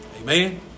Amen